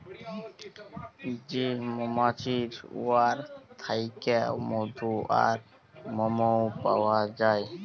যে মমাছি উয়ার থ্যাইকে মধু আর মমও পাউয়া যায়